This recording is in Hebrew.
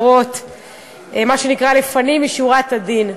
מה שנקרא לפנים משורת הדין.